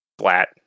flat